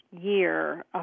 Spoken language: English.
year